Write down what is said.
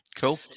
Cool